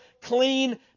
clean